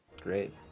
Great